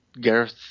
Gareth